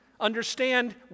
understand